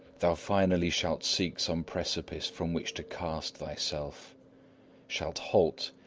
thou finally shalt seek some precipice from which to cast thyself shalt halt,